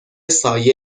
سایه